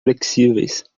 flexíveis